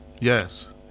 Yes